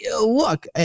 look